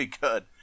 good